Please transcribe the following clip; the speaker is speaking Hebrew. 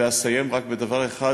ואסיים רק בדבר אחד